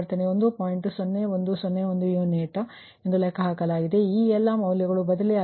0101 ಪ್ರತಿ ಯುನಿಟ್ ಎಂದು ಲೆಕ್ಕಹಾಕಲಾಗಿದೆ